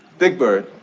big bird,